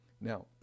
Now